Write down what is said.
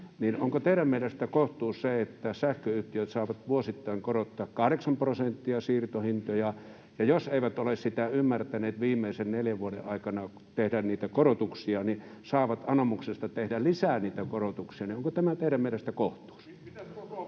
Onko teidän mielestänne kohtuus se, että sähköyhtiöt saavat vuosittain korottaa 8 prosenttia siirtohintoja ja jos eivät ole ymmärtäneet viimeisen neljän vuoden aikana tehdä niitä korotuksia, niin saavat anomuksesta tehdä lisää niitä korotuksia? Onko tämä teidän mielestänne kohtuus?